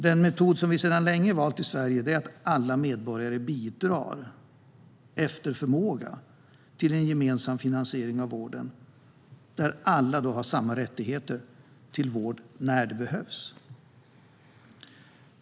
Den metod vi sedan länge valt i Sverige är att alla medborgare bidrar efter förmåga till en gemensam finansiering av vården och att alla har samma rättigheter till vård när den behövs.